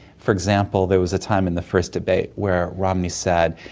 for example, there was a time in the first debate were romney said,